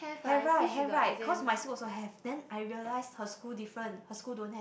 have right have right cause my school also have then I realise her school different her school don't have